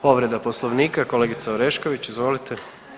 Povreda Poslovnika,, kolegica Orešković, izvolite.